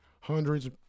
hundreds